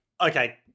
okay